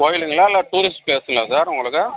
கோவிலுங்களா இல்லை டூரிஸ்ட் ப்ளேஸுங்களா சார் உங்களுக்கு